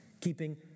keeping